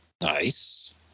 Nice